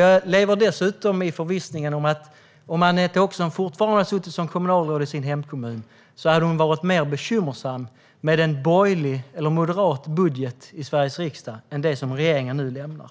Jag lever dessutom i förvissningen att om Anette Åkesson fortfarande hade suttit som kommunalråd i sin hemkommun hade hon varit mer bekymrad med en borgerlig eller moderat budget i Sveriges riksdag än med den som regeringen nu lägger fram.